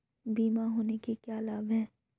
बीमा होने के क्या क्या लाभ हैं?